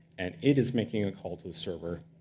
and it is making a call to the server.